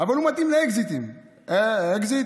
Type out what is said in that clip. אבל הוא מתאים לאקזיטים, אקזיט.